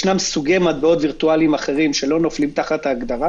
ישנם סוגי מטבעות וירטואליים אחרים שלא נופלים תחת ההגדרה.